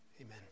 amen